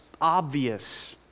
obvious